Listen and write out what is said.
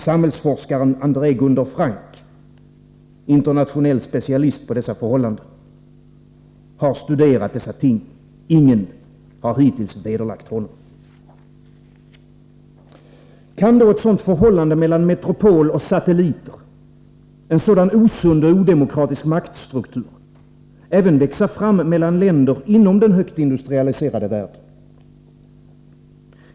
Samhällsforskaren André Gunde Frank, internationell specialist på dessa förhållanden, har studerat dessa ting. Ingen har hittills vederlagt honom. Kan då ett sådant förhållande mellan metropol och satelliter, en sådan osund och odemokratisk maktstruktur, även växa fram mellan länder inom den högt industrialiserade världen?